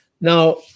Now